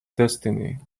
destiny